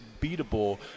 beatable